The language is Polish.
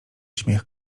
śmiech